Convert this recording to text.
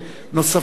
נוספים,